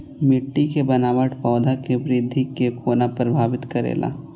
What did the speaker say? मिट्टी के बनावट पौधा के वृद्धि के कोना प्रभावित करेला?